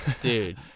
Dude